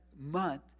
month